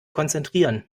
konzentrieren